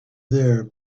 there